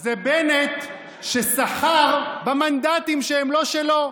זה בנט שסחר במנדטים שהם לא שלו.